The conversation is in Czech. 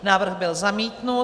Návrh byl zamítnut.